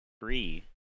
free